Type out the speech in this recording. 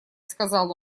сказал